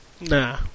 Nah